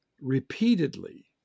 repeatedly